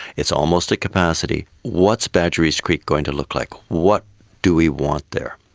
it's almost at capacity. what's badgerys creek going to look like? what do we want there?